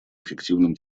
эффективным